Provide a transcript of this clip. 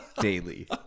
Daily